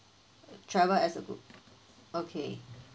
travel as a group okay